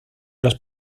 los